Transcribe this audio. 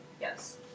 yes